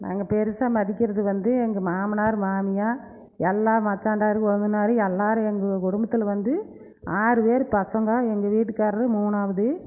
நாங்கள் பெருசாக மதிக்கிறது வந்து எங்கள் மாமனார் மாமியார் எல்லா மச்சான்தார் கொளுந்தனார் எல்லாரும் எங்கள் குடும்பத்தில் வந்து ஆறு பேர் பசங்க எங்கள் வீட்டுகாரர் மூணாவது